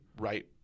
right